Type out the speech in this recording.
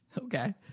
Okay